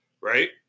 right